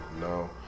No